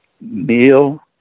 Neil